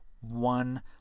one